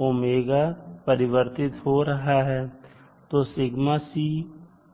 ω परिवर्तित हो रहा है